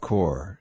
Core